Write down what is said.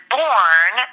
born